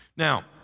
Now